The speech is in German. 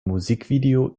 musikvideo